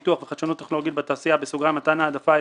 פיתוח וחדשנות טכנולוגית בתעשייה (מתן העדפה אזורית),